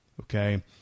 okay